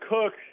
Cook